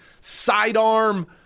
sidearm